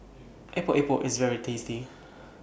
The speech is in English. Epok Epok IS very tasty